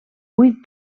vuit